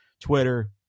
Twitter